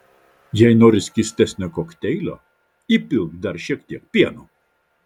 jei nori skystesnio kokteilio įpilk dar šiek tiek pieno